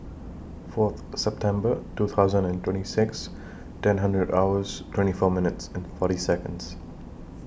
four September two thousand and twenty six ten hundred hours twenty four minutes and forty Seconds